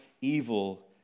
evil